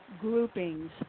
groupings